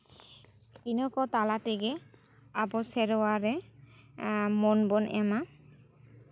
ᱤᱱᱟᱹ ᱠᱚ ᱛᱟᱞᱟ ᱛᱮᱜᱮ ᱟᱵᱚ ᱥᱮᱨᱣᱟ ᱨᱮ ᱢᱚᱱ ᱵᱚᱱ ᱮᱢᱟ